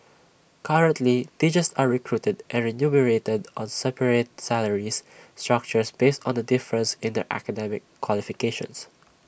currently teachers are recruited and remunerated on separate salary structures based on the difference in their academic qualifications